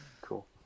cool